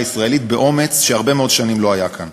הישראלית באומץ שהרבה מאוד שנים לא היה כאן.